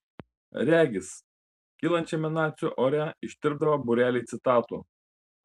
regis kylančiame nacių ore ištirpdavo būreliai citatų